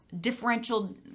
differential